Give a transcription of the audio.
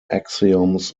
axioms